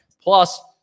Plus